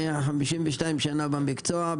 כבר 52 שנה במקצוע,